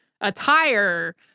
attire